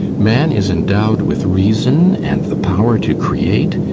man is endowed with reason and the power to create,